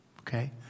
Okay